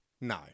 No